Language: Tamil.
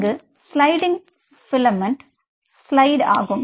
இங்கு ஸ்லைடிங் பிலமென்ட் ஸ்லைடு ஆகும்